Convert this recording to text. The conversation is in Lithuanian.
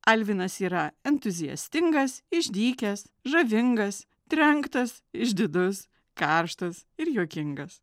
alvinas yra entuziastingas išdykęs žavingas trenktas išdidus karštas ir juokingas